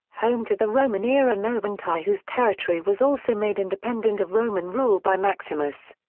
home to the roman-era novantae whose territory was also made independent of roman rule by maximus.